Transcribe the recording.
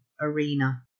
arena